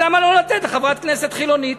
אז למה לא לתת לחברת כנסת חילונית?